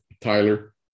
Tyler